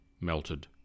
melted